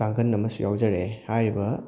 ꯀꯥꯡꯈꯟ ꯑꯃꯁꯨ ꯌꯥꯎꯖꯔꯛꯑꯦ ꯍꯥꯏꯔꯤꯕ